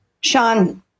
Sean